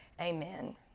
Amen